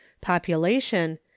population